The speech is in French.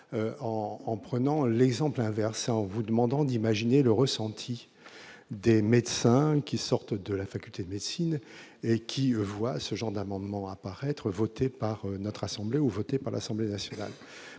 en prenant l'exemple inverse en vous demandant d'imaginer le ressenti des médecins qui sortent de la faculté de médecine et qui voient ce genre d'amendements apparaître votées par notre assemblée ou voté par l'Assemblée nationale,